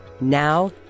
Now